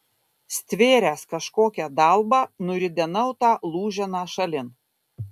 stvėręs kažkokią dalbą nuridenau tą lūženą šalin